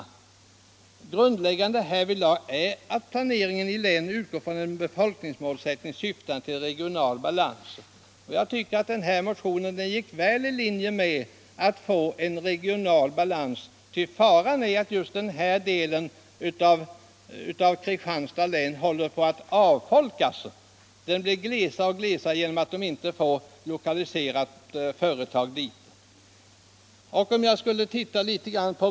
Grundläggande härvidlag är att planeringen i länen utgår från en befolkningsmålsättning syftande till regional balans.” Jag anser att den nu aktuella motionen överensstämmer väl med strävandena att åstadkomma regional balans. Faran är att denna del av Kristianstads län håller på att avfolkas; befolkningen blir allt glesare på grund av att företag inte lokaliserar sig dit.